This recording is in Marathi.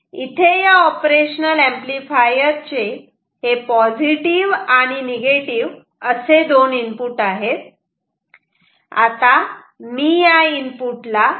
इथे या ऑपरेशनल ऍम्प्लिफायर चे हे पॉझिटिव्ह आणि निगेटिव असे दोन इनपुट आहेत